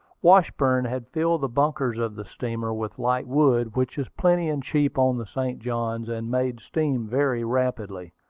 washburn had filled the bunkers of the steamer with light wood, which is plenty and cheap on the st. johns, and made steam very rapidly.